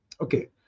Okay